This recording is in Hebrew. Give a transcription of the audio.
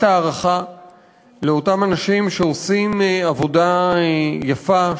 הערכה לאותם אנשים שעושים עבודה יפה,